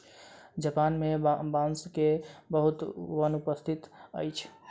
Japan मे बांस के बहुत वन उपस्थित अछि